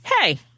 hey